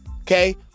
okay